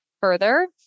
further